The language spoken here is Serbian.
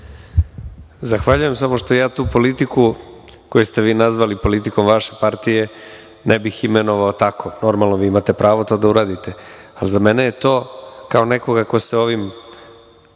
Zahvaljujem, samo što ja tu politiku, koju ste vi nazvali politikom vaše partije, ne bih imenovao tako. Normalno da imate pravo da to uradite, ali za mene je to kao nekoga ko se ovim